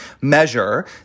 measure